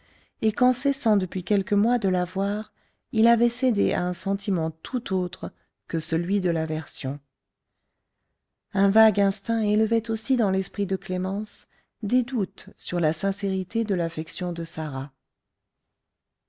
et qu'en cessant depuis quelques mois de la voir il avait cédé à un sentiment tout autre que celui de l'aversion un vague instinct élevait aussi dans l'esprit de clémence des doutes sur la sincérité de l'affection de sarah